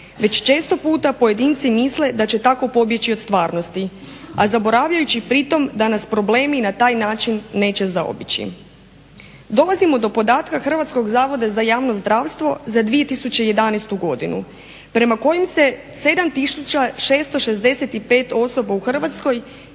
već često puta pojedinci misle da će tako pobjeći od stvarnosti, a zaboravljajući pritom da nas problemi na taj način neće zaobići. Dolazimo do podatka Hrvatskog zavoda za javno zdravstvo za 2001. godinu prema kojim se 7 tisuća 665 osoba u Hrvatskoj